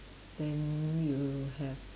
then you have